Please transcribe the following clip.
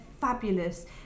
fabulous